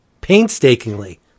Painstakingly